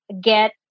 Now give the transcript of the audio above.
get